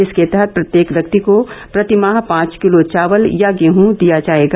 इसके तहत प्रत्येक व्यक्ति को प्रति माह पांच किलो चावल या गेहूं दिया जाएगा